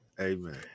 Amen